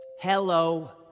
Hello